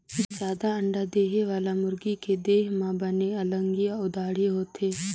जादा अंडा देहे वाला मुरगी के देह म बने कलंगी अउ दाड़ी होथे